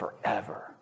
forever